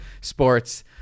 sports